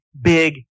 big